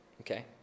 okay